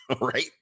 right